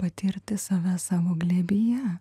patirti save savo glėbyje